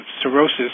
cirrhosis